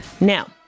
Now